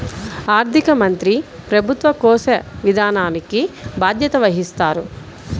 ఆర్థిక మంత్రి ప్రభుత్వ కోశ విధానానికి బాధ్యత వహిస్తారు